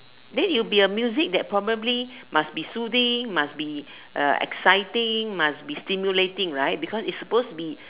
then you be a music that probably must be soothing must be uh exciting must be stimulating right because it's supposed to be